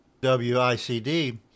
WICD